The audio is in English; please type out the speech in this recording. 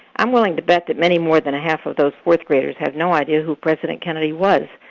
i'm willing to bet that many more than a half of those fourth graders have no idea who president kennedy was,